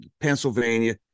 Pennsylvania